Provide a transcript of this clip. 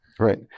Right